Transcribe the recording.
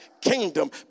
kingdom